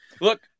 Look